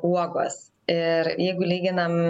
uogos ir jeigu lyginam